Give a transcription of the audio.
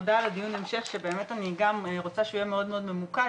תודה על דיון ההמשך שבאמת אני גם רוצה שהוא יהיה מאוד מאוד ממוקד,